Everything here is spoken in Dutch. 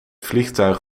vliegtuig